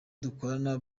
dukorana